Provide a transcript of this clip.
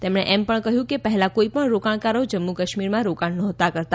તેમણે કહ્યું કે પહેલા કોઇપણ રોકાણકારો જમ્મુ કાશ્મીરમાં રોકાણ નહોતા કરતા